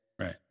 Right